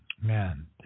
man